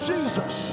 Jesus